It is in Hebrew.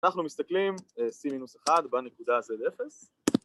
‫אנחנו מסתכלים, C מינוס 1 ‫בנקודה z0.